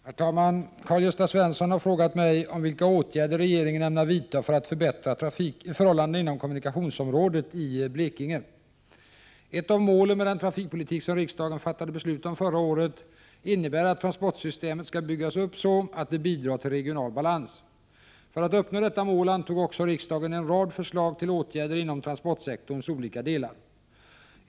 Herr talman! Karl-Gösta Svenson har frågat mig om vilka åtgärder regeringen ämnar vidta för att förbättra förhållandena inom kommunikationsområdet i Blekinge. Ett av målen med den trafikpolitik som riksdagen fattade beslut om förra året innebär att transportsystemet skall byggas upp så att det bidrar till regional balans. För att uppnå detta mål antog också riksdagen en rad förslag till åtgärder inom transportsektorns olika delar.